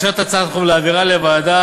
לאשר את הצעת החוק ולהעבירה לוועדת